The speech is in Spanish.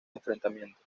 enfrentamiento